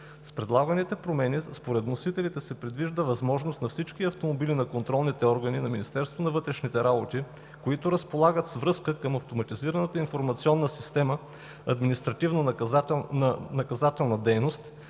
С предлаганите промени, според вносителите, се предвижда възможност на всички автомобили на контролните органи на Министерството на вътрешните работи, които разполагат с връзка към Автоматизираната информационна система „Административно-наказателна дейност“